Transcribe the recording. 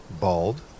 Bald